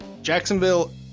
Jacksonville